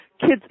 kids